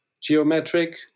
geometric